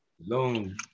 long